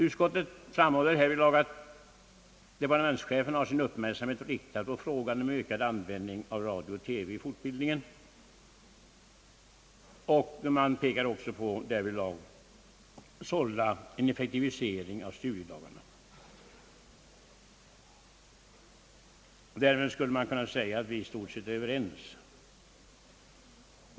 Utskottet framhåller härvidlag att departementschefen har sin uppmärksamhet riktad på frågan om ökad användning av radio och TV i fortbildningen och på vikten av effektivisering av studiedagarna. Därmed skulle man kunna säga att vi i stort sett är överens.